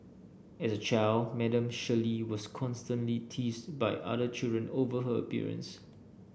as a child Madam Shirley was constantly teased by other children over her appearance